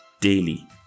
daily